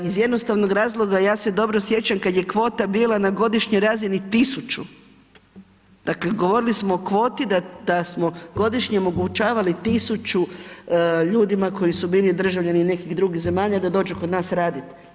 Iz jednostavnog razloga, ja se dobro sjećam kad je kvota bila na godišnjoj razini 1000, dakle govorili smo o kvoti da smo godišnje omogućavali 1000 ljudima koji su bili državljani nekih drugih zemalja, da dođu kod nas raditi.